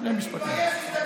שני משפטים.